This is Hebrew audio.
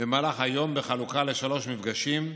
במהלך היום בחלוקה לשלושה מפגשים,